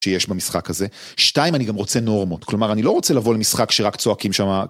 שיש במשחק הזה. 2, אני גם רוצה נורמות. כלומר אני לא רוצה לבוא למשחק שרק צועקים שמה